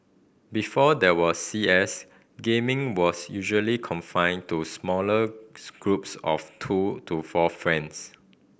before there was C S gaming was usually confined to smaller groups of two to four friends